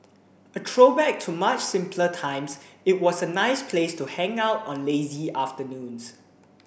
a throwback to much simpler times it was a nice place to hang out on lazy afternoons